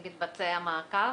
מנהלת הוועדה, אתי,